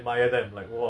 but sing~